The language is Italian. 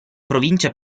provincia